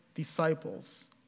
disciples